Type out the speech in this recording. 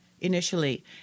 initially